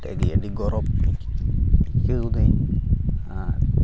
ᱚᱱᱟᱛᱮ ᱟᱹᱰᱤ ᱟᱹᱰᱤ ᱜᱚᱨᱚᱵᱽ ᱟᱹᱭᱠᱟᱹᱣ ᱫᱟᱹᱧ ᱟᱨ